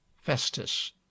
festus